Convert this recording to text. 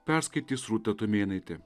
perskaitys rūta tumėnaitė